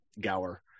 Gower